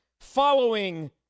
following